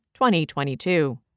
2022